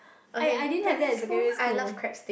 I I didn't have that in secondary school